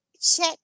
check